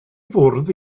fwrdd